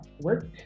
work